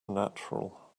natural